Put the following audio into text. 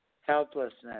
Helplessness